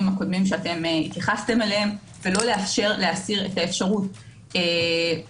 הקודמים שהתייחסתם אליהם ולא לאפשר לאסיר את האפשרות להשתתף